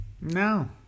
No